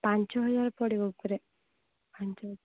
ପାଞ୍ଚହଜାର ପଡ଼ିବ ଉପରେ ପାଞ୍ଚ